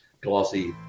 glossy